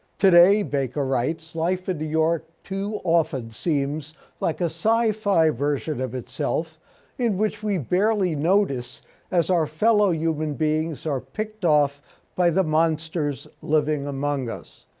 today, baker writes, life in new york too often seems like a sci-fi version of itself in which we barely notice as our fellow human beings are picked off by the monsters living among us.